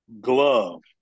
glove